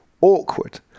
awkward